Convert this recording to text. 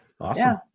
Awesome